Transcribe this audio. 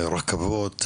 רכבות,